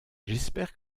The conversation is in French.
j’espère